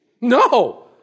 No